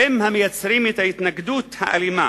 המייצרים את ההתנגדות האלימה,